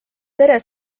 pere